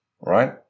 Right